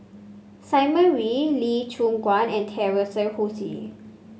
Simon Wee Lee Choon Guan and Teresa Hsu